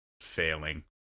Failing